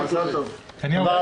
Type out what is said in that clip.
פה תומכים